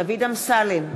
דוד אמסלם,